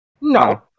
No